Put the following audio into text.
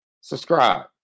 Subscribe